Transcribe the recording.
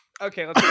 Okay